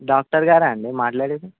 డాక్టర్గారా అండి మాట్లాడేది